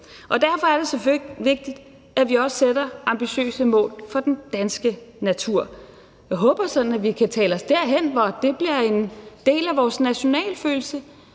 af. Derfor er det så vigtigt, at vi også sætter ambitiøse mål for den danske natur. Jeg håber sådan, at vi kan tale os derhen, hvor det bliver en del af vores nationalfølelse